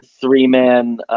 three-man